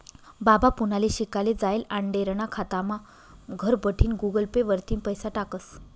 बाबा पुनाले शिकाले जायेल आंडेरना खातामा घरबठीन गुगल पे वरतीन पैसा टाकस